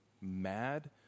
mad